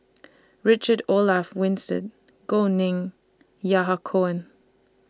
Richard Olaf Winstedt Gao Ning and Yahya Cohen